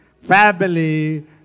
family